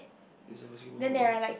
is the basketball hoop